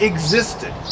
existed